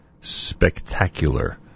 spectacular